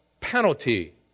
penalty